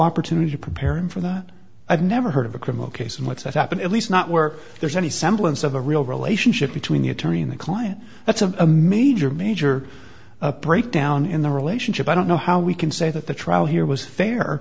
opportunity to prepare him for that i've never heard of a criminal case and that's what happened at least not where there's any semblance of a real relationship between the attorney and the client that's a major major breakdown in the relationship i don't know how we can say that the trial here was fair